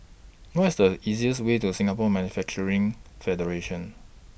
What IS The easiest Way to Singapore Manufacturing Federation